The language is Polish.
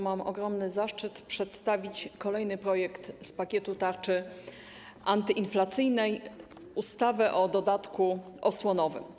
Mam ogromny zaszczyt przedstawić kolejny projekt z pakietu tarczy antyinflacyjnej - ustawę o dodatku osłonowym.